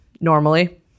normally